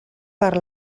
per